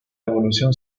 evolución